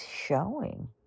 showing